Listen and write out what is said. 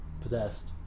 Possessed